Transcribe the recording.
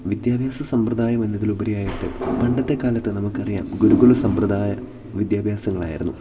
വിദ്യാഭ്യാസ സമ്പ്രദായം എന്നതിലുപരിയായിട്ട് പണ്ടത്തെ കാലത്ത് നമുക്കറിയാം ഗുരുകുല സമ്പ്രദായ വിദ്യാഭ്യാസങ്ങളായിരുന്നു